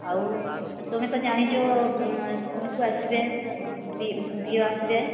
ଆଉ ତୁମେ ତ ଜାଣିଛ ସ୍କୁଲ୍କୁ ଆସିବେ ବି ଇ ଓ ଆସିବେ